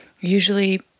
usually